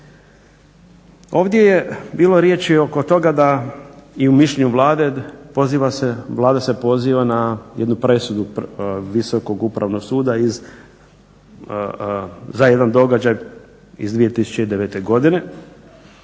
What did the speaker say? Ovdje je bilo riječi i oko toga da i u mišljenju Vlade, poziva se, Vlada se poziva na jednu presudu Visokog upravnog suda iz, za jedan događaj iz 2009. godine,